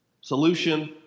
solution